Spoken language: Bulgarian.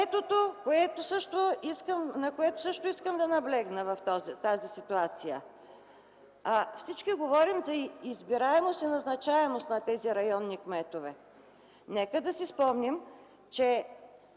Третото, на което също искам да наблегна в тази ситуация: всички говорим за избираемост и назначаемост на тези районни кметове. Нека да си спомним, че